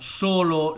solo